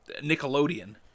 Nickelodeon